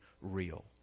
real